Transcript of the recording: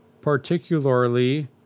particularly